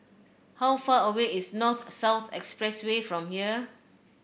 how far away is North South Expressway from here